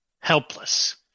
helpless